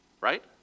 Right